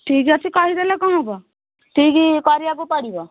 ଠିକ ଅଛି କହିଦେଲେ କ'ଣ ହେବ ଠିକ କରିବାକୁ ପଡ଼ିବ